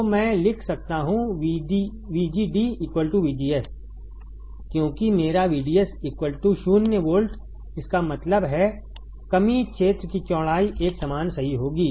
तो मैं लिख सकता हूं VGD VGS क्योंकि मेरा VDS 0 वोल्ट इसका मतलब है कमी क्षेत्र की चौड़ाई एक समान सही होगी